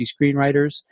screenwriters